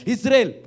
Israel